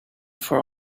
for